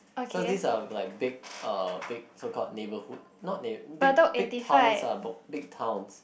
cause these are like big uh big so called neighbourhood not neigh~ big big towns ah big big towns